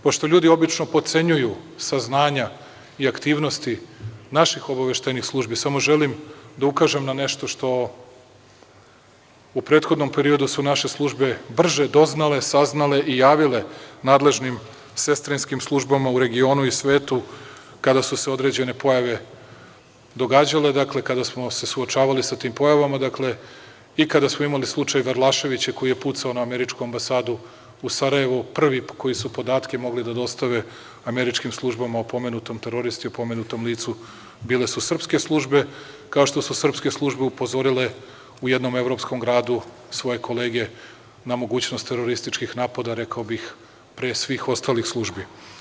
Pošto ljudi obično potcenjuju saznanja i aktivnosti naših obaveštajnih službi, samo želim da ukažem na nešto što u prethodnom periodu su naše službe brže doznale, saznale i javile nadležnim sestrinskim službama u regionu i svetu kada su se određene pojave događale, kada smo se suočavali sa tim pojavama i kada smo imali slučaj Verlašević koji je pucao na Američku ambasadu u Sarajevu, prvi koji su podatke mogli da dostave američkim službama o pomenutom teroristi, o pomenutom licu bile su srpske službe, kao što su srpske službe upozorile u jednom evropskom gradu svoje kolege na mogućnost terorističkih napada, rekao bih, pre svih ostalih službi.